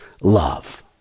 love